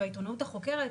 והעיתונות החוקרת,